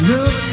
Love